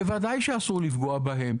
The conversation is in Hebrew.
בוודאי שאסור לפגוע בהם,